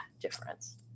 difference